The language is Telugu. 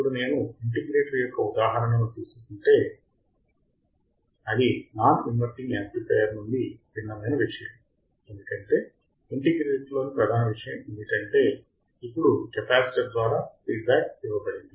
ఇప్పుడు నేను ఇంటిగ్రేటర్ యొక్క ఉదాహరణను తీసుకుంటే అది నాన్ ఇంవర్టింగ్ యాంప్లిఫైయర్ నుండి భిన్నమైన విషయం ఏమిటంటే ఇంటిగ్రేటర్లోని ప్రధాన విషయం ఏమిటంటే ఇప్పుడు కెపాసిటర్ ద్వారా ఫీడ్బ్యాక్ ఇవ్వబడింది